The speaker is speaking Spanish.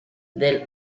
del